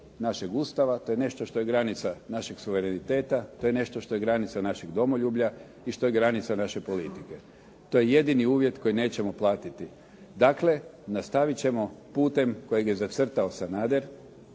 našeg Ustava, to je nešto što je granica našeg suvereniteta, to je nešto što je granica našeg domoljublja i što je granica naše politike. To je jedini uvjet koji nećemo platiti. Dakle, nastavit ćemo putem kojeg je zacrtao Sanader,